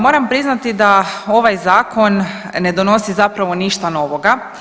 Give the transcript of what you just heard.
Moram priznati da ovaj zakon ne donosi zapravo ništa novoga.